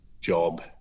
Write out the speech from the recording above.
job